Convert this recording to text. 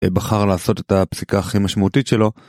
בחר לעשות את הפסיקה הכי משמעותית שלו.